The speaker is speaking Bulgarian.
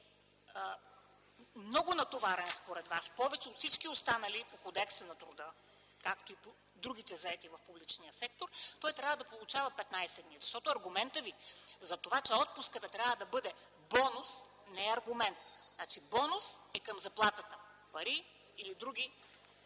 много натоварен, повече от всички останали по Кодекса на труда, както и от другите заети в публичния сектор, той трябва да получава още 15 дни?! Защото аргументът Ви, че отпуската трябва да бъде бонус, не е аргумент. Бонусът е към заплатата – пари или други